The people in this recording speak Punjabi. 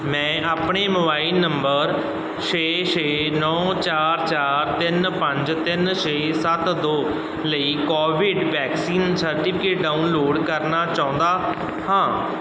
ਮੈਂ ਆਪਣੇ ਮੋਬਾਈਲ ਨੰਬਰ ਛੇ ਛੇ ਨੌਂ ਚਾਰ ਚਾਰ ਤਿੰਨ ਪੰਜ ਤਿੰਨ ਛੇ ਸੱਤ ਦੋ ਲਈ ਕੌਵਿਡ ਵੈਕਸੀਨ ਸਰਟੀਫਿਕੇਟ ਡਾਊਨਲੋਡ ਕਰਨਾ ਚਾਹੁੰਦਾ ਹਾਂ